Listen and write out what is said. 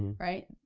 right?